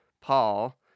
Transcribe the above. Paul